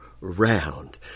round